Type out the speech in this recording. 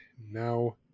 now